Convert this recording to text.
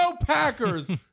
Packers